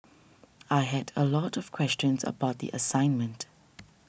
I had a lot of questions about the assignment